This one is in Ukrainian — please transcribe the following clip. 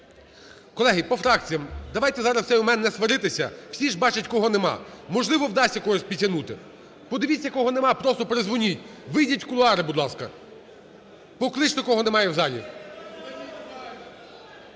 Колеги, по фракціям, давайте зараз в цей момент не сваритися, всі ж бачать кого немає, можливо вдасться когось підтягнути. Подивіться кого немає, просто передзвоніть, вийдіть в кулуари, будь ласка, покличте кого немає в залі.